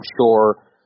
sure